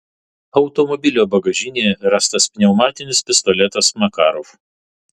automobilio bagažinėje rastas pneumatinis pistoletas makarov